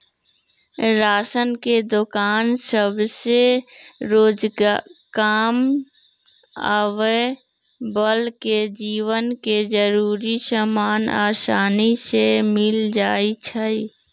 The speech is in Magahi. राशन के दोकान सभसे रोजकाम आबय बला के जीवन के जरूरी समान असानी से मिल जाइ छइ